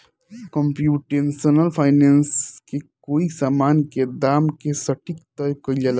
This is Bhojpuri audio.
कंप्यूटेशनल फाइनेंस से कोई समान के दाम के सटीक तय कईल जाला